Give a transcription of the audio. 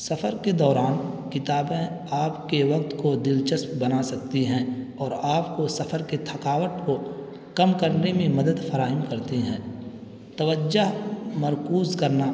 سفر کے دوران کتابیں آپ کے وقت کو دلچسپ بنا سکتی ہیں اور آپ کو سفر کے تھکاوٹ کو کم کرنے میں مدد فراہم کرتی ہیں توجہ مرکوز کرنا